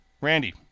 randy